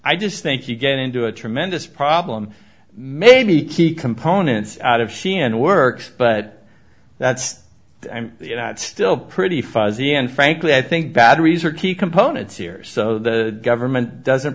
i just think you get into a tremendous problem maybe key components out of she and works but that's still pretty fuzzy and frankly i think batteries are key components here so the government doesn't